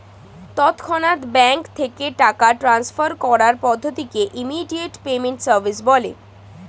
তৎক্ষণাৎ ব্যাঙ্ক থেকে টাকা ট্রান্সফার করার পদ্ধতিকে ইমিডিয়েট পেমেন্ট সার্ভিস বলে